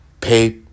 Pay